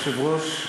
אדוני היושב-ראש,